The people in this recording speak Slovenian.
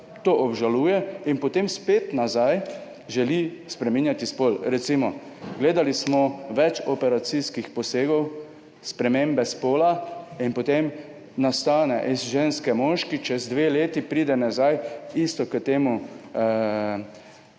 to obžaluje in potem želi spet nazaj spremeniti spol. Gledali smo recimo več operacijskih posegov spremembe spola in potem nastane iz ženske moški, čez dve leti pride nazaj k temu